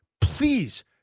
please